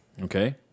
Okay